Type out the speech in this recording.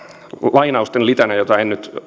lainausten litaniasta jota en nyt